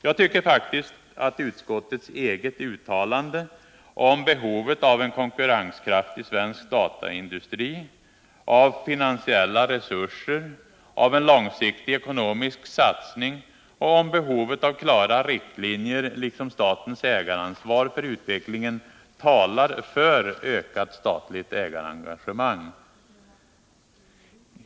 Jag tycker faktiskt att utskottets eget uttalande om behovet av en konkurrenskraftig svensk dataindustri, av finansiella resurser, av en långsiktig ekonomisk satsning och om behovet av klara riktlinjer liksom statens ägaransvar för utvecklingen talar för ökat statligt ägarengagemang.